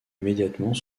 immédiatement